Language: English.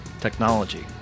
technology